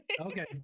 Okay